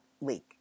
leak